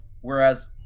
whereas